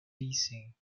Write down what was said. leasing